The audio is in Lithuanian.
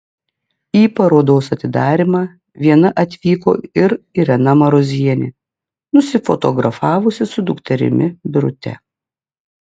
į parodos atidarymą viena atvyko ir irena marozienė nusifotografavusi su dukterimi birute